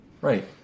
Right